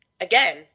again